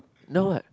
know what